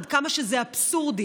עד כמה שזה אבסורדי,